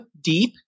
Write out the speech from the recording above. deep